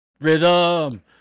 rhythm